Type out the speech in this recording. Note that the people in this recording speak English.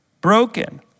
broken